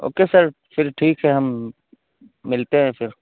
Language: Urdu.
اوکے سر پھر ٹھیک ہے ہم ملتے ہیں پھر